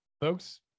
Folks